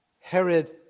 Herod